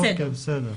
אוקיי, בסדר.